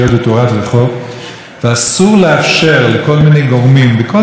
ואסור לאפשר לכל מיני גורמים בכל העיריות בארץ,